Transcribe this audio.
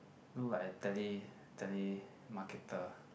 look like I tele tele telemarketer